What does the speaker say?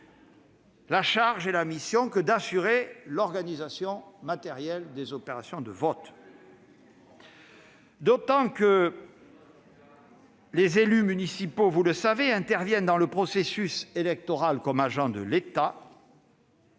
la charge et la mission que d'assurer l'organisation matérielle des opérations de vote. Les élus municipaux intervenant dans le processus électoral comme agents de l'État,